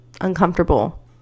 uncomfortable